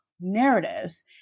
narratives